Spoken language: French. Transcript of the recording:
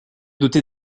doté